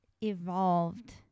evolved